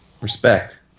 Respect